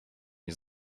nie